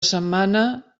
setmana